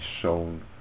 shown